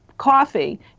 coffee